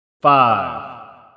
Five